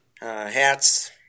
hats